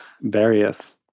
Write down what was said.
various